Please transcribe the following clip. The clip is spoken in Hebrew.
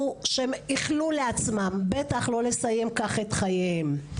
שהם איחלו לעצמן בטח לא לסיים כך את חייהן.